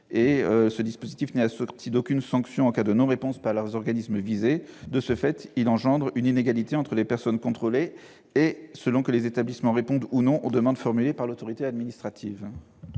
ce dispositif n'est assorti d'aucune sanction en cas de non-réponse par les organismes visés. De ce fait, il engendre une inégalité entre les personnes contrôlées, selon que les établissements répondent ou non aux demandes formulées par l'autorité administrative.